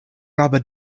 rubber